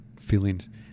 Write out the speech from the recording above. feeling